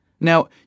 Now